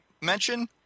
mention